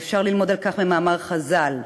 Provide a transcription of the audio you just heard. ואפשר ללמוד על כך ממאמר חז"ל: